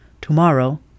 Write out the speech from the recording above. Tomorrow